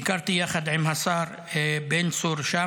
ביקרתי שם יחד עם השר בן צור,